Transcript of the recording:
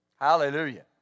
Hallelujah